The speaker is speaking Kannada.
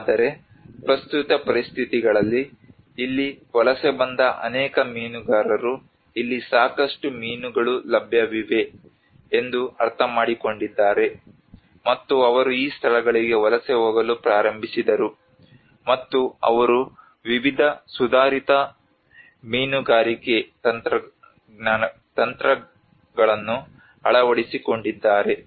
ಆದರೆ ಪ್ರಸ್ತುತ ಪರಿಸ್ಥಿತಿಗಳಲ್ಲಿ ಇಲ್ಲಿ ವಲಸೆ ಬಂದ ಅನೇಕ ಮೀನುಗಾರರು ಇಲ್ಲಿ ಸಾಕಷ್ಟು ಮೀನುಗಳು ಲಭ್ಯವಿವೆ ಎಂದು ಅರ್ಥಮಾಡಿಕೊಂಡಿದ್ದಾರೆ ಮತ್ತು ಅವರು ಈ ಸ್ಥಳಗಳಿಗೆ ವಲಸೆ ಹೋಗಲು ಪ್ರಾರಂಭಿಸಿದರು ಮತ್ತು ಅವರು ವಿವಿಧ ಸುಧಾರಿತ ಮೀನುಗಾರಿಕೆ ತಂತ್ರಗಳನ್ನು ಅಳವಡಿಸಿಕೊಂಡಿದ್ದಾರೆ